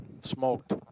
smoked